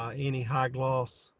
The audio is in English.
um any high gloss